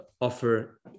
offer